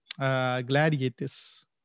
Gladiators